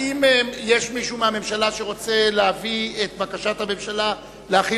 האם יש מישהו מהממשלה שרוצה להביא את בקשת הממשלה להחיל